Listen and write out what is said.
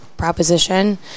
proposition